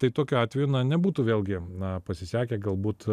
tai tokiu atveju nebūtų vėlgi na pasisekę galbūt